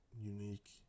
unique